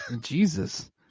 Jesus